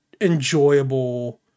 enjoyable